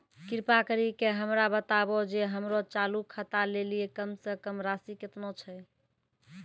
कृपा करि के हमरा बताबो जे हमरो चालू खाता लेली कम से कम राशि केतना छै?